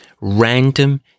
Random